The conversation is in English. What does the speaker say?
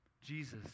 Jesus